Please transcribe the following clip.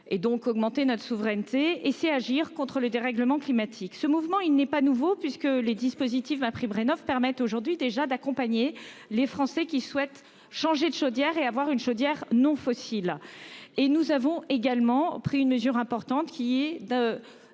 Et donc augmenter notre souveraineté et c'est agir contre le dérèglement climatique. Ce mouvement, il n'est pas nouveau puisque les dispositifs ma prime Rénov'permettent aujourd'hui déjà d'accompagner les Français qui souhaitent changer de chaudière et avoir une chaudière non fossiles et nous avons également pris une mesure importante qui est de